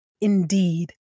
Indeed